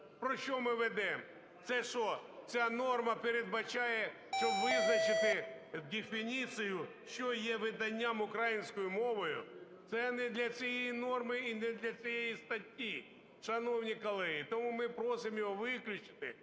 Про що ми ведемо? Це що, ця норма передбачає, щоб визначити дефініцію, що є виданням українською мовою? Це не для цієї норми і не для цієї статті. Шановні колеги, тому ми просимо його виключити,